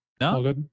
No